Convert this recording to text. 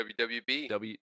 WWB